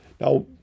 Now